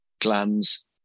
gland's